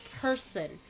person